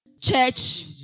Church